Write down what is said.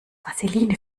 vaseline